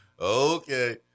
okay